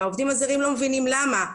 והעובדים הזרים לא מבינים למה.